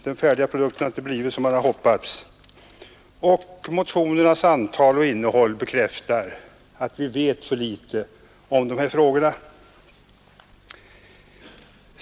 Den färdiga produkten har inte blivit som man hoppats, och motionernas antal och innehåll bekräftar att vi vet för litet om dessa frågor.